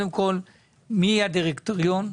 מי יהיה הדירקטוריון?